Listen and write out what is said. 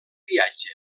viatge